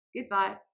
Goodbye